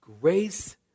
grace